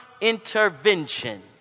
intervention